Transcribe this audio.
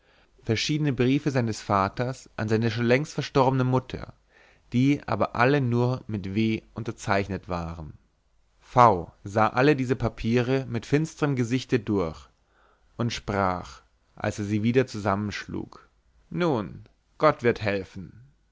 verschiedene briefe seines vaters an seine schon längst verstorbene mutter die aber alle nur mit w unterzeichnet waren v sah alle diese papiere mit finsterm gesichte durch und sprach ziemlich bekümmert als er sie wieder zusammenschlug nun gott wird helfen